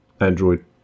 Android